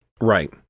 Right